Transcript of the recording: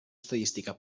estadística